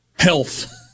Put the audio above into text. Health